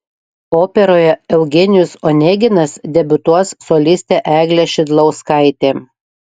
operoje eugenijus oneginas debiutuos solistė eglė šidlauskaitė